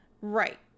Right